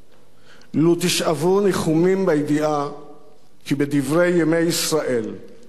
לו תשאבו ניחומים בידיעה כי בדברי ימי ישראל נחקק